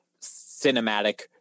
cinematic